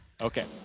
Okay